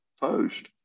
post